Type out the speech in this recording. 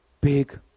big